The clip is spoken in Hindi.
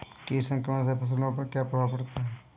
कीट संक्रमण से फसलों पर क्या प्रभाव पड़ता है?